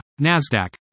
Nasdaq